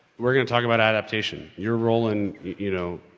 we're gonna talk about adaptation. your role in, you know.